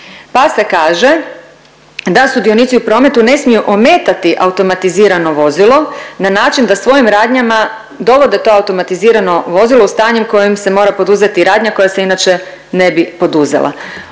pa se kaže da sudionici u prometu ne smiju ometati automatizirano vozilo na način da svojim radnjama dovode to automatizirano vozilo u stanje u kojem se mora poduzeti radnja koja se inače ne bi poduzela.